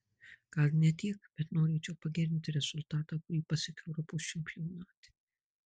gal ne tiek bet norėčiau pagerinti rezultatą kurį pasiekiau europos čempionate